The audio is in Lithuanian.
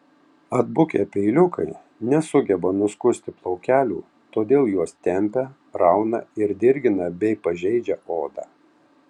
atbukę peiliukai nesugeba nuskusti plaukelių todėl juos tempia rauna ir dirgina bei pažeidžia odą